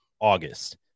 August